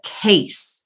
case